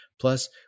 Plus